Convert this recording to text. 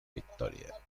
victoria